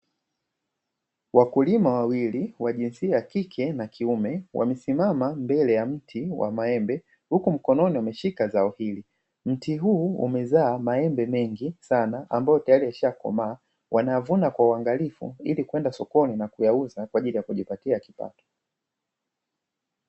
Wakulima wawili wa jinsia ya kike na kiume wamesimama mbele ya mti wa maembe, huku mkononi wameshika zao hili. Mti huu umezaa maembe mengi sana ambayo tayari yameshakomaa, wanayavuna kwa uangalifu ili kwenda sokoni na kuyauza kwa ajili ya kujipatia kipato.